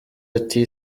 ati